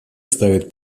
ставит